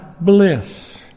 bliss